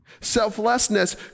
Selflessness